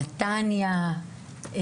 נתניה.